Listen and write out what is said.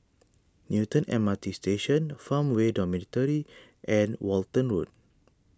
Newton M R T Station Farmway Dormitory and Walton Road